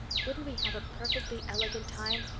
wouldn't we have a perfectly elegant time?